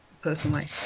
personally